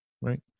Right